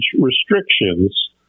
restrictions